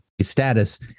status